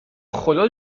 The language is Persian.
خدا